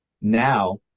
now